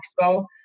Expo